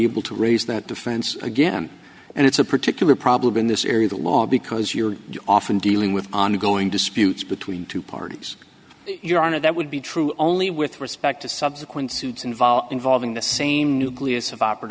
able to raise that defense again and it's a particular problem in this area the law because you're often dealing with ongoing disputes between two parties your honor that would be true only with respect to subsequent suits involved involving the same nucleus of op